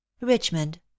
richmond